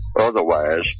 Otherwise